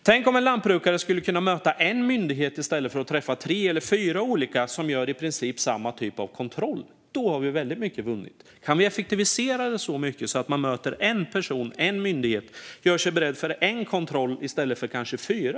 Tänk om en lantbrukare skulle kunna möta en myndighet i stället för att träffa tre eller fyra olika myndigheter som gör i princip samma typ av kontroll. Det vore väldigt mycket vunnet om vi kunde effektivisera det så mycket att man möter en person och en myndighet och gör sig beredd för en kontroll i stället för fyra.